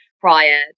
prior